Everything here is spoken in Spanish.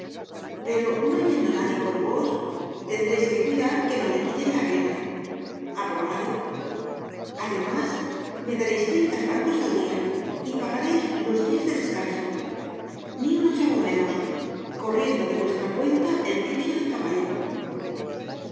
pero no yendo nadie con vos tendreis que cuidar de que no le quiten la avena aprobado además me dareis treinta francos al dia y pagareis los dias de descanso ni un ochavo menos corriendo de vuestra cuenta el pienso del caballo